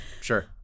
sure